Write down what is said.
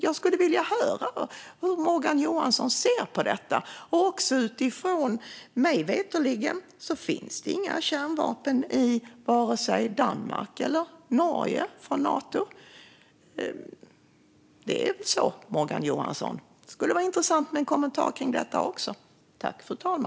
Jag skulle vilja höra hur Morgan Johansson ser på detta. Mig veterligen finns det inga kärnvapen från Nato i vare sig Danmark eller Norge. Så är det, Morgan Johansson. Det skulle vara intressant med en kommentar också kring detta.